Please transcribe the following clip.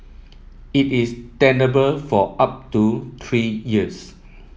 it is tenable for up to three years